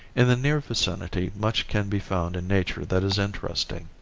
in the near vicinity much can be found in nature that is interesting.